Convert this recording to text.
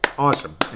Awesome